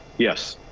yes,